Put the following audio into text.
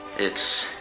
it's